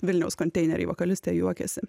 vilniaus konteineriai vokalistė juokiasi